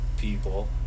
people